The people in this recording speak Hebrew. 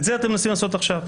כעת.